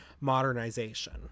modernization